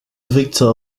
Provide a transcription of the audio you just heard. victor